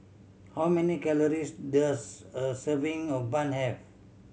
how many calories does a serving of bun have